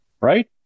right